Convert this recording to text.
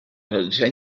realitzar